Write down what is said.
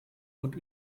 und